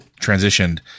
transitioned